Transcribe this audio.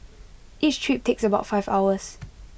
each trip takes about five hours